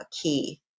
key